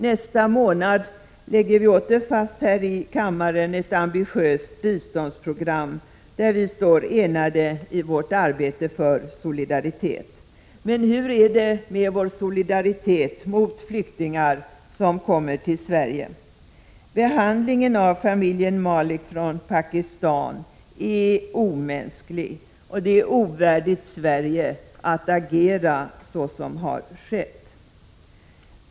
Nästa månad lägger vi här i kammaren åter fast ett ambitiöst biståndsprogram, där vi står enade i vårt arbete för solidaritet. Men hur är det med vår solidaritet med flyktingar som kommer till Sverige? Behandlingen av familjen Malik från Pakistan är omänsklig. Det är ovärdigt Sverige att agera så som har skett.